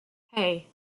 hey